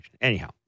Anyhow